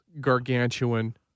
gargantuan